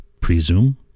presume